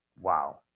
Wow